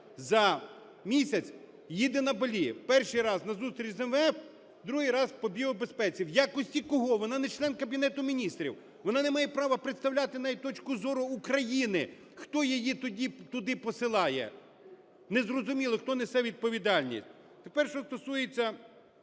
за місяць їде на Балі. Перший раз – на зустріч з МВФ, другий раз – по біобезпеці. В якості кого? Вона не член Кабінету Міністрів, вона не має права представляти навіть точку зору України. Хто її туди посилає? Не зрозуміло, хто несе відповідальність. Тепер що стосується